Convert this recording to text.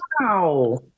Wow